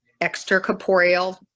extracorporeal